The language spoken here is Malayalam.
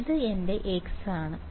അതിനാൽ ഇത് എന്റെ x ആണ്